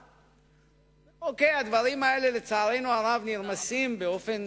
לפי אינטרסים שלו,